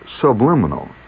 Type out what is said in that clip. subliminal